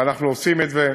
ואנחנו עושים את זה,